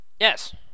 Yes